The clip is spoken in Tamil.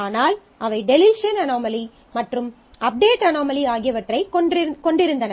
ஆனால் அவை டெலீஷன் அனோமலி மற்றும் அப்டேட் அனாமலி ஆகியவற்றைக் கொண்டிருந்தன